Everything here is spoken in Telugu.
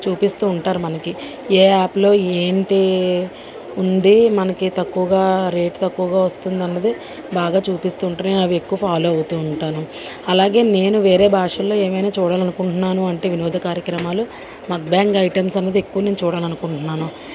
చూపిస్తు ఉంటారు మనకి ఏ యాప్లో ఏంటి ఉంది మనకి తక్కువగా రేట్ తక్కువగా వస్తుంది అన్నది బాగా చూపిస్తు ఉంటారు నేను ఎక్కువగా ఫాలో అవుతు ఉంటాను అలాగే నేను వేరే ఏ భాషలలో ఏమన్నా చూడాలి అనుకుంటున్నాను అంటే వినోద కార్యక్రమాలు మక్బ్యాంగ్ ఐటమ్స్ అనేది నేను చూడాలి అనుకుంటున్నాను